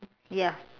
ya